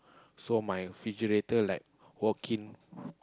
so my refrigerator like walk in